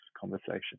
conversation